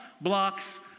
blocks